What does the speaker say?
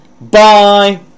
bye